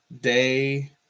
day